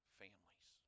families